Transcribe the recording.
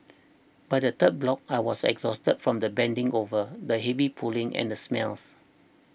by the third block I was exhausted from the bending over the heavy pulling and smells